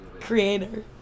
creator